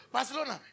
Barcelona